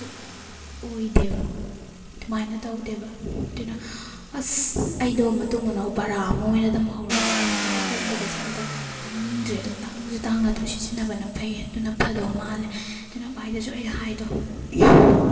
ꯑꯗꯨ ꯑꯣꯏꯗꯦꯕ ꯑꯗꯨꯃꯥꯏꯅ ꯇꯧꯗꯦꯕ ꯑꯗꯨꯅ ꯑꯁ ꯑꯩꯗꯣ ꯃꯇꯨꯡ ꯃꯅꯥꯎ ꯄꯔꯥ ꯑꯃ ꯑꯣꯏꯅ ꯇꯝꯍꯧꯔꯕꯅꯤ ꯄꯣꯠ ꯑꯍꯣꯡꯕꯀꯁꯦ ꯑꯝꯇ ꯂꯧꯅꯤꯡꯗ꯭ꯔꯦ ꯑꯗꯨꯝ ꯇꯥꯡꯉꯁꯨ ꯇꯥꯡꯅ ꯑꯗꯨꯝ ꯁꯤꯖꯤꯟꯅꯕꯅ ꯐꯩ ꯑꯗꯨꯅ ꯐꯗꯧ ꯃꯥꯜꯂꯦ ꯑꯗꯨꯅ ꯚꯥꯏꯗꯁꯨ ꯑꯩꯅ ꯍꯥꯏꯗꯣ